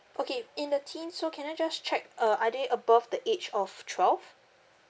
okay in the teen so can I just check uh are they above the age of twelve